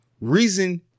Reason